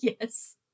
Yes